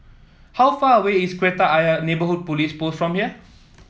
how far away is Kreta Ayer Neighbourhood Police Post from here